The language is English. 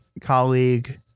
colleague